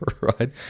right